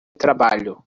trabalho